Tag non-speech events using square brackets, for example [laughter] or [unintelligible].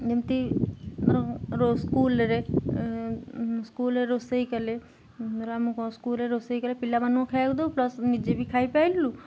ଯେମିତି ସ୍କୁଲ୍ରେ ରୋଷେଇ କଲେ [unintelligible] ଆମକୁ ସ୍କୁଲ୍ରେ ରୋଷେଇ କଲେ ପିଲାମାନଙ୍କୁ ଖାଇବାକୁ ଦବ ପ୍ଲସ୍ ନିଜେ ବି ଖାଇପାଇଲୁ